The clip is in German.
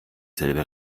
selbe